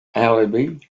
alibi